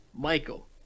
michael